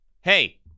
hey